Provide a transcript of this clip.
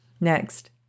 next